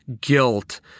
guilt